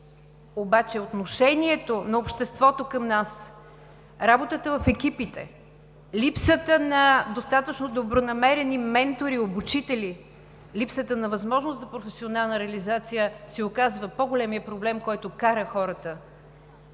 обаче отношението на обществото към нас, работата в екипите, липсата на достатъчно добронамерени ментори и обучители, липсата на възможност за професионална реализация се оказва по-големият проблем, който кара хората